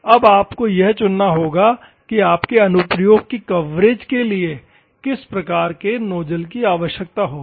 अब आपको यह चुनना होगा कि आपके अनुप्रयोग की कवरेज के लिए किस प्रकार के नोजल की आवश्यकता होगी